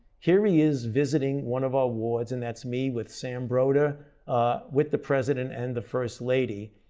here he is visiting one of our wards and that's me with sam broder with the president and the first lady.